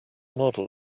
model